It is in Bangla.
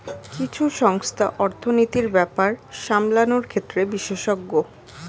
কিছু সংস্থা অর্থনীতির ব্যাপার সামলানোর ক্ষেত্রে বিশেষজ্ঞ